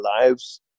lives